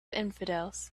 infidels